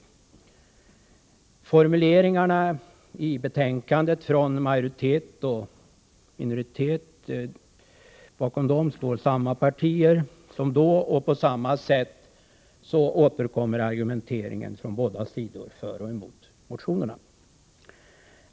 Bakom majoritetens och minoritetens formuleringar i betänkandet står samma partier som vid det tidigare tillfället, och på samma sätt återkommer argumenteringen från båda sidor för och emot motionerna.